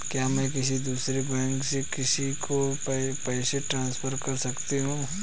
क्या मैं किसी दूसरे बैंक से किसी को पैसे ट्रांसफर कर सकती हूँ?